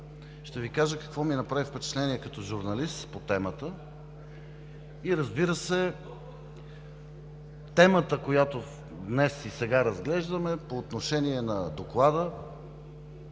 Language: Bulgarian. ще Ви кажа какво ми направи впечатление като журналист по темата и, разбира се, темата, която днес и сега разглеждаме по отношение на Доклада.